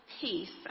peace